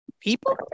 people